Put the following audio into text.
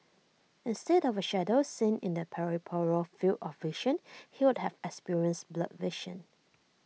instead of A shadow seen in the peripheral field of vision he would have experienced blurred vision